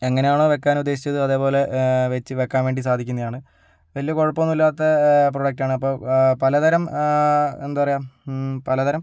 എങ്ങനെയാണോ വെക്കാൻ ഉദ്ദേശിച്ചത് അത്പോലെ വെച്ച് വെക്കാൻവേണ്ടി സാധിക്കുന്നതാണ് വലിയ കുഴപ്പമൊന്നുമില്ലാത്ത പ്രോഡക്റ്റാണ് അപ്പോൾ പലതരം എന്താപറയുക പലതരം